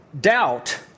doubt